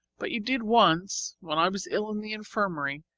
but you did once, when i was ill in the infirmary,